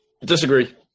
Disagree